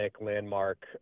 landmark